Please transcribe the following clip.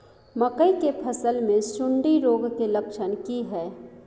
मकई के फसल मे सुंडी रोग के लक्षण की हय?